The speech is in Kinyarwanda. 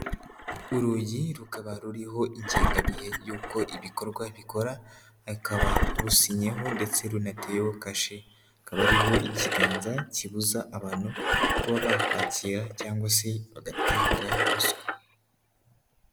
Urugi rukaba ruriho ingengabihe yuko ibikorwa bikora, akaba rusinyeho ndetse runateyeho kashe, hakaba hariho ikiganza kibuza abantu kuba bakwakira cyangwa se bagatanga ruswa.